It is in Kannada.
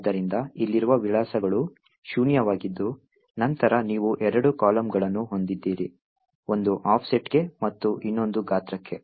ಆದ್ದರಿಂದ ಇಲ್ಲಿರುವ ವಿಳಾಸಗಳು ಶೂನ್ಯವಾಗಿದ್ದು ನಂತರ ನೀವು ಎರಡು ಕಾಲಮ್ಗಳನ್ನು ಹೊಂದಿದ್ದೀರಿ ಒಂದು ಆಫ್ಸೆಟ್ಗೆ ಮತ್ತು ಇನ್ನೊಂದು ಗಾತ್ರಕ್ಕೆ